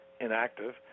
inactive